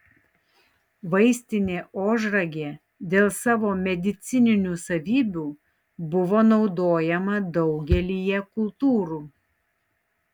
vaistinė ožragė dėl savo medicininių savybių buvo naudojama daugelyje kultūrų